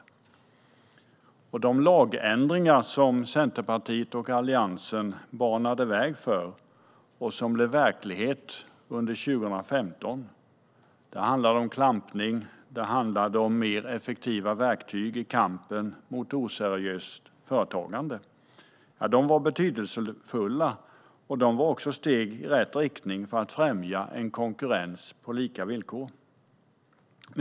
De lagändringar som Centerpartiet och Alliansen banade väg för och som blev verklighet under 2015 - klampning och mer effektiva verktyg i kampen mot oseriöst företagande - var betydelsefulla och steg i rätt riktning för att främja konkurrens på lika villkor.